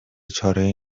چارهای